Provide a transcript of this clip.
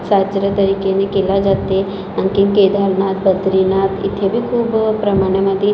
साजरं तरीकेने केला जाते आणखीन केदारनाथ बद्रिनाथ इथे पण खूप प्रमाणामध्ये